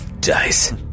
dice